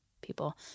people